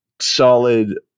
solid